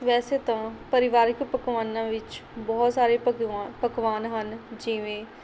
ਵੈਸੇ ਤਾਂ ਪਰਿਵਾਰਿਕ ਪਕਵਾਨਾਂ ਵਿੱਚ ਬਹੁਤ ਸਾਰੇ ਪਕਵਾ ਪਕਵਾਨ ਹਨ ਜਿਵੇਂ